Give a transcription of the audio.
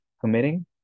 committing